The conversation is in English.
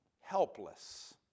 helpless